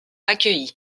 accueilli